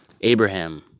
Abraham